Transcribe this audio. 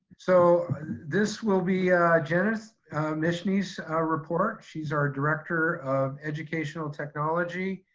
so this will be jenith mishne's report. she's our director of educational technology.